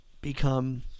become